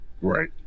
Right